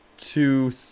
two